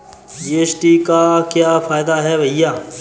GST का क्या फायदा है भैया?